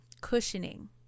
cushioning